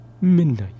Midnight